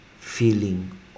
feeling